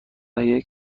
دستی